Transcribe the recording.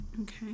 Okay